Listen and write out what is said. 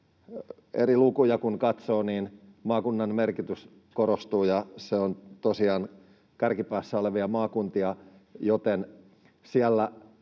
Eri lukuja kun katsoo, niin maakunnan merkitys korostuu, eli se on tosiaan kärkipäässä olevia maakuntia, joten siellä